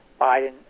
Biden